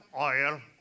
oil